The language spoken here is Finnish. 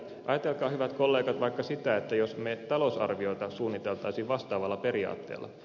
ajatelkaa hyvät kollegat vaikka sitä että me talousarviota suunnittelisimme vastaavalla periaatteella